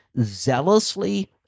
zealously